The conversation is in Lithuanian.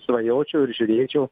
svajočiau ir žiūrėčiau